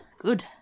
Good